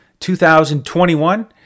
2021